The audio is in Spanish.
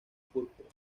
púrpura